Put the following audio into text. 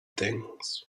things